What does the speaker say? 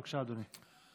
בבקשה, אדוני.